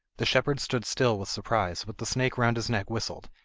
the shepherd stood still with surprise, but the snake round his neck whistled,